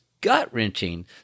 gut-wrenching